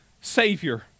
Savior